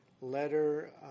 letter